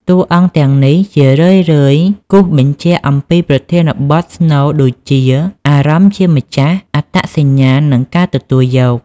តួអង្គទាំងនេះជារឿយៗជួយគូសបញ្ជាក់អំពីប្រធានបទស្នូលដូចជា អារម្មណ៍ជាម្ចាស់ អត្តសញ្ញាណ និងការទទួលយក។